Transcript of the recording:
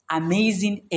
amazing